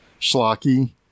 schlocky